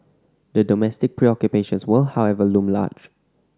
the domestic preoccupations will however loom large